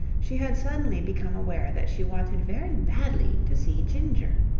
she had suddenly become aware that she wanted very badly to see ginger.